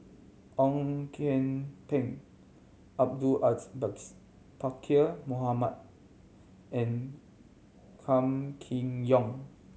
Ong Kian Peng Abdul Aziz Pakkeer Mohamed and Kam Kee Yong